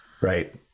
right